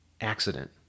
accident